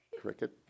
Cricket